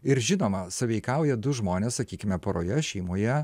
ir žinoma sąveikauja du žmonės sakykime poroje šeimoje